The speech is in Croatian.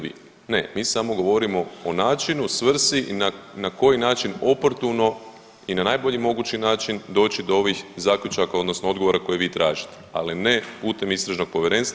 Ne, mi samo govorimo o načinu, svrsi i na koji način oportuno i na najbolji mogući način doći do ovih zaključaka odnosno odgovora koje vi tražite, ali ne putem Istražnog povjerenstva.